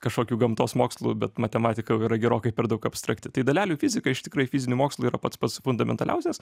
kažkokiu gamtos mokslu bet matematika jau yra gerokai per daug abstrakti tai dalelių fizika iš tikro į fizinį mokslą yra pats pats fundamentaliausias